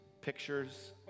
pictures